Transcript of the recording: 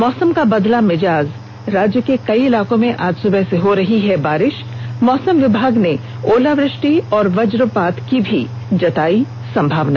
मौसम का बदला मिजाज राज्य के कई इलाकों में आज सुबह से हो रही बारिष मौसम विभाग ने ओलावृष्टि और वजपात की भी जताई संभावना